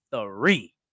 three